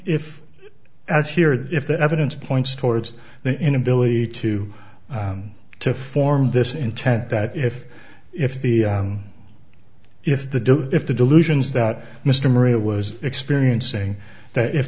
here if the evidence points towards the inability to to form this intent that if if the if the if the delusions that mr maria was experiencing that if